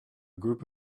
group